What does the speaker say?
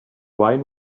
wine